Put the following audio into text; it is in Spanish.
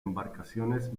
embarcaciones